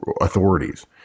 authorities